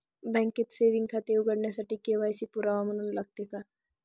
बँकेत सेविंग खाते उघडण्यासाठी के.वाय.सी पुरावा म्हणून लागते का?